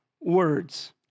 words